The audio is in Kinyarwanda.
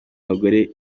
abagore